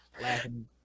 laughing